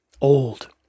Old